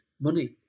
money